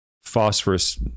phosphorus